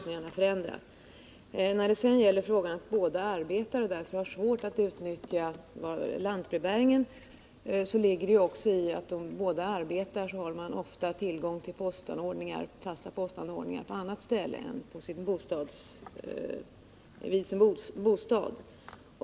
När det sedan gäller hushåll där båda arbetar och därför har svårt att utnyttja lantbrevbäringen vill jag säga att det förhållandet att båda arbetar också ofta innebär att de har tillgång till fasta postanordningar på annat ställe än vid sin bostad.